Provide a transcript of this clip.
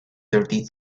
thirty